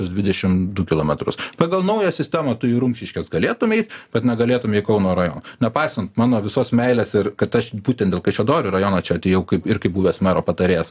dvidešim du kilometrus pagal naują sistemą tu į rumšiškes galėtum eit bet negalėtum į kauno rajoną nepaisant mano visos meilės ir kad aš būtent dėl kaišiadorių rajono čia atėjau kaip ir kaip buvęs mero patarėjas